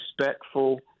respectful